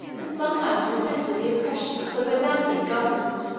and sometimes resisted the oppression, of the byzantine government,